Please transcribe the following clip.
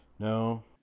No